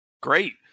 Great